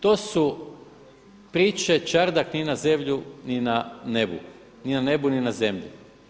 To su priče čardak ni na zemlji ni na nebu, ni na nebu ni na zemlji.